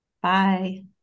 Bye